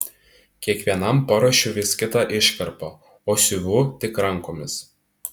kiekvienam paruošiu vis kitą iškarpą o siuvu tik rankomis